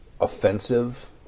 offensive